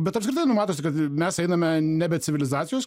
bet apskritai nu matosi kad mes einame nebe civilizacijos